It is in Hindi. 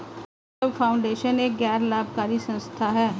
सौरभ फाउंडेशन एक गैर लाभकारी संस्था है